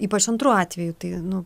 ypač antru atveju tai nu